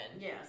Yes